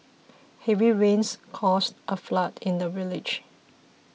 heavy rains caused a flood in the village